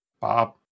Bob